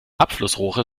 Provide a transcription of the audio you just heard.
abflussrohre